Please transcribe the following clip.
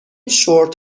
شورت